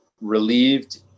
relieved